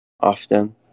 often